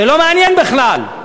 זה לא מעניין בכלל.